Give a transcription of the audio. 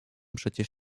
przecież